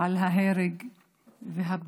על ההרג והפגיעות